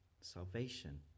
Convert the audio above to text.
salvation